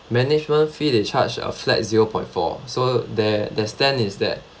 management fee they charge a flat zero point four so their their stand is that